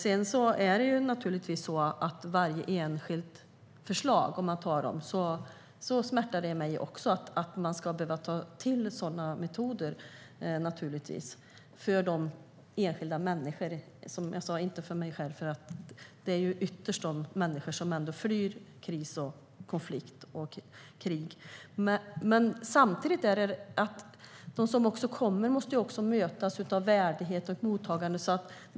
Sedan kan man naturligtvis titta på varje enskilt förslag. Det smärtar mig också att man ska behöva ta till sådana metoder för de enskilda människorna. Det handlar ytterst om de människor som flyr från kris, konflikt och krig. Samtidigt måste de som kommer mötas av värdighet och ett bra mottagande.